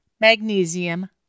magnesium